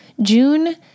June